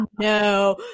no